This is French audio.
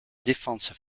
défense